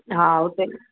हा हुते